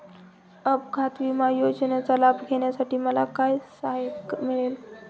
अपघात विमा योजनेचा लाभ घेण्यासाठी मला काय सहाय्य मिळेल?